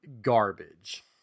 Garbage